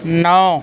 نو